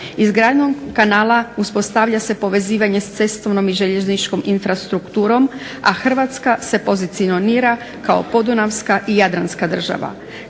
Izgradnjom kanala uspostavlja se povezivanje s cestovnom i željezničkom infrastrukturom, a Hrvatska se pozicionira kao podunavska i jadranska država.